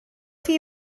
chi